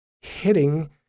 hitting